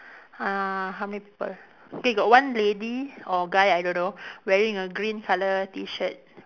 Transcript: uh how many people wait got one lady or guy I don't know wearing a green colour T shirt